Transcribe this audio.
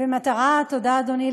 תודה, אדוני.